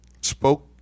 spoke